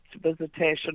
visitation